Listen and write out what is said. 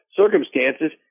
circumstances